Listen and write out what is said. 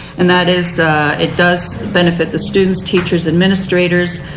and that is it does benefit the students, teachers, administrators,